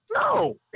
no